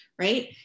right